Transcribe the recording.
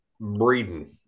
Breeden